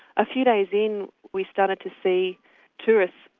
a few days in we started to see tourists,